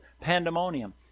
pandemonium